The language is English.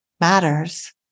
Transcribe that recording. matters